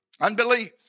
Unbelief